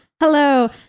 Hello